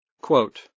Quote